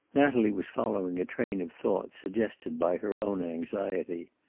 natalie was following a train of thought suggested by her own anxiety.